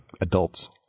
adults